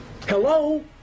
Hello